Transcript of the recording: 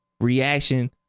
reaction